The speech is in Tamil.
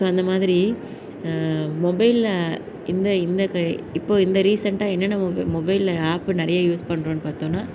ஸோ அந்த மாதிரி மொபைலில் இந்த இந்த க இப்போது இந்த ரீசண்டாக என்னென்ன மொபைலில் ஆப்பு நிறைய யூஸ் பண்ணுறோனு பார்த்தோன்னா